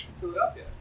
Philadelphia